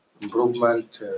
Improvement